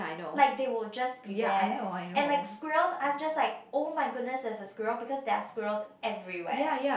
like they will just be there and like squirrels I'm just like oh my goodness there's a squirrel because there are squirrels everywhere